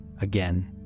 Again